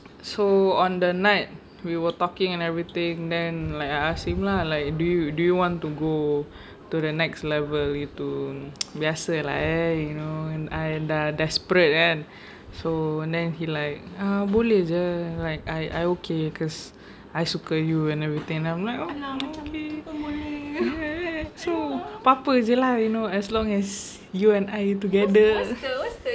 so on the night we were talking and everything then I ask him lah like do you do you want to go to the next level gitu biasa lah eh you know I dah desperate kan so and then he like ah boleh jer like I okay because I suka you and everything and I'm like !aww! okay apa-apa jer lah so as long as you and I together